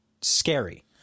scary